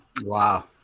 Wow